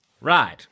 Right